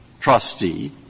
trustee